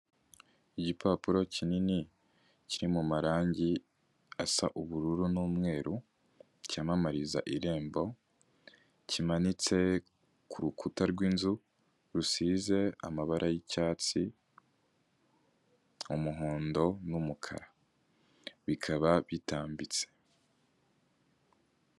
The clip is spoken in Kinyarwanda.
Igipapuro kinini kiri mu mu marangi asa ubururu n'umweru cyamamariza irembo, kimanitse ku rukuta rw'inzu rusize amabara y'icyatsi, umuhondo n'umukara bikaba bitambitse.